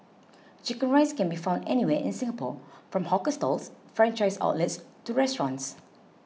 Chicken Rice can be found anywhere in Singapore from hawker stalls franchised outlets to restaurants